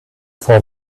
for